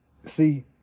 see